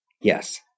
Yes